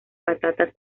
patatas